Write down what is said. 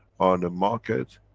on the market.